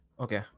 okay